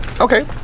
Okay